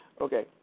Okay